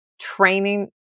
training